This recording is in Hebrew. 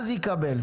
אז יקבל.